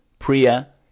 Priya